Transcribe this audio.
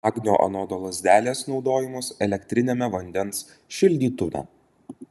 magnio anodo lazdelės naudojimas elektriniame vandens šildytuve